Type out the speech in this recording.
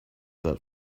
that